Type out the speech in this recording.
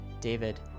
David